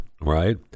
right